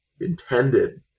intended